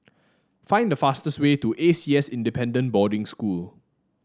find the fastest way to A C S Independent Boarding School